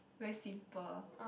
very simple